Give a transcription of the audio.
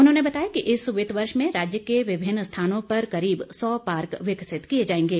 उन्होंने बताया कि इस वित्त वर्ष में राज्य के विभिन्न स्थानों पर करीब सौ पार्क विकसित किए जाएंगे